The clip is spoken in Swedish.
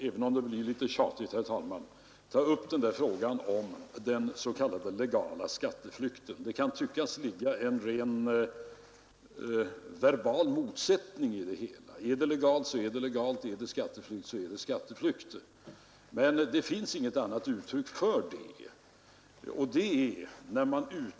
Även om det blir litet tjatigt vill jag ytterligare en gång ta upp frågan om den s.k. legala skatteflykten. Det kan tyckas ligga en verbal motsättning i det uttrycket, men det finns ingen annan term för det.